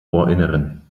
ohrinneren